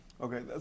Okay